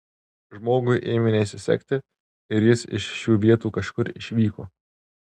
žmogui ėmė nesisekti ir jis iš šių vietų kažkur išvyko